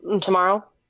tomorrow